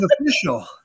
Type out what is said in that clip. official